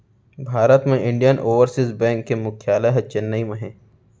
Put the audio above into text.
भारत म Indian Overseas Bank के मुख्यालय ह चेन्नई म हे